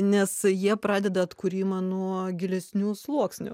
nes jie pradeda atkūrimą nuo gilesnių sluoksnių